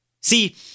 See